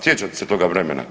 Sjećate se toga vremena?